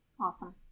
Awesome